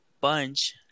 bunch